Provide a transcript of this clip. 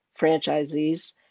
franchisees